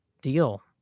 deal